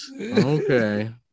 Okay